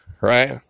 right